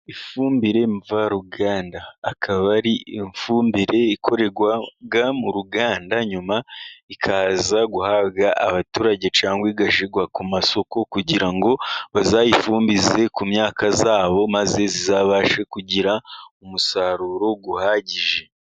Ifumbire mvaruganda, ikaba ari ifumbire ikorerwa mu ruganda, nyuma ikaza guhabwa abaturage cyangwa igashyirwa ku masoko, kugira ngo bazayifumbize ku myaka ya bo, maze izabashe kugira umusaruro uhagije.